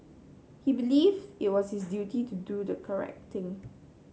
he believed it was his duty to do the correct thing